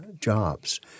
jobs